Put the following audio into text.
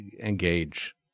engage